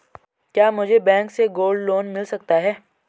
क्या मुझे बैंक से गोल्ड लोंन मिल सकता है?